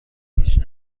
هیچ